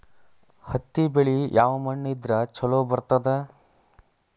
ಹತ್ತಿ ಬೆಳಿ ಯಾವ ಮಣ್ಣ ಇದ್ರ ಛಲೋ ಬರ್ತದ?